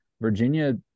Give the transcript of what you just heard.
Virginia